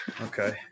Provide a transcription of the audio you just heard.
Okay